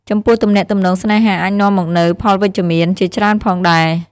ចំពោះទំនាក់ទំនងស្នេហាអាចនាំមកនូវ ផលវិជ្ជមាន ជាច្រើនផងដែរ។